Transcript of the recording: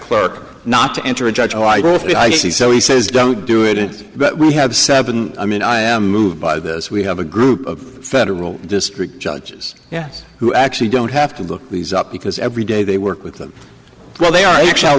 clerk not to enter a judge oh i see so he says don't do it but we have seven i mean i am moved by this we have a group of federal district judges yes who actually don't have to look these up because every day they work with them while they are actual